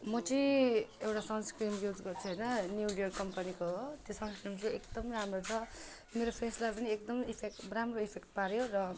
म चाहिँ एउटा सन्सक्रिम युज गर्छु होइन न्यु लियर कम्पनीको हो त्यसमा हाम्रो एकदमै राम्रो छ मेरो फेसलाई पनि एकदमै इफेक्ट राम्रो इफेक्ट पार्यो र